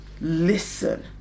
Listen